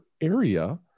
area